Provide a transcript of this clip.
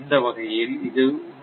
இந்த வகையில் இது 1